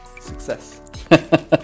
Success